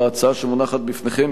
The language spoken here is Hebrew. בהצעה שמונחת בפניכם,